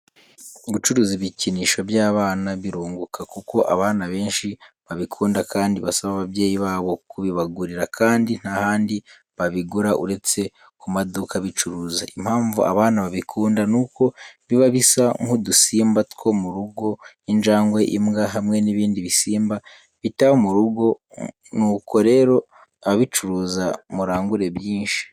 Gucuruza ibikinisho by'abana birunguka kuko abana benshi babikunda kandi basaba ababyeyi babo kubibagurira kandi nta handi babigura uretse ku maduka abicuruza. Impamvu abana babikunda ni uko biba bisa nk'udusimba two mu rugo injangwe, imbwa, hamwe n'ibindi bisimba bitaba mu rugo, nuko rero ababicuruza murangure byinshi.